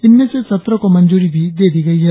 इनमें से सत्रह को मंजूरी भी दे दी गई है